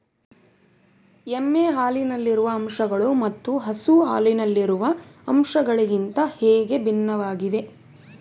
ಎಮ್ಮೆ ಹಾಲಿನಲ್ಲಿರುವ ಅಂಶಗಳು ಮತ್ತು ಹಸು ಹಾಲಿನಲ್ಲಿರುವ ಅಂಶಗಳಿಗಿಂತ ಹೇಗೆ ಭಿನ್ನವಾಗಿವೆ?